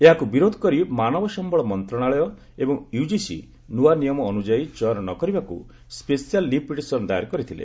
ଏହାକୁ ବିରୋଧ କରି ମାନବ ସମ୍ଭଳ ମନ୍ତ୍ରଣାଳୟ ଏବଂ ୟୁକିସି ନୂଆ ନିୟମ ଅନୁଯାୟୀ ଚୟନ ନ କରିବାକୁ ସ୍କେଶାଲ୍ ଲିଭ୍ ପିଟିସନ୍ ଦାଏର କରିଥିଲେ